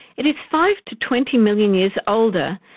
it is five to twenty million years older,